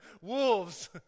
wolves